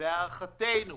להערכתנו